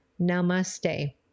Namaste